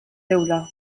teula